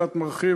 קצת מרחיב,